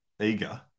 eager